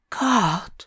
God